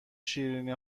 شیرینی